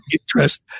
Interest